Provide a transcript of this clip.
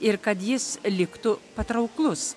ir kad jis liktų patrauklus